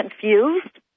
confused